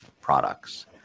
products